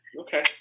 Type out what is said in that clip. Okay